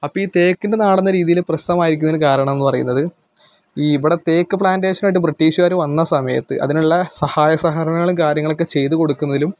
അപ്പം ഈ തേക്കിന്റെ നാടെന്ന രീതിയിൽ പ്രസിദ്ധമായിരിക്കുന്നതിന് കാരണം എന്ന് പറയുന്നത് ഈ ഇവിടെ തേക്ക് പ്ലാൻറ്റേഷനുമായിട്ട് ബ്രിട്ടീഷുകാർ വന്ന സമയത്ത് അതിനുള്ള സഹായ സഹകരണങ്ങളും കാര്യങ്ങളൊക്കെ ചെയ്ത് കൊടുക്കുന്നതിലും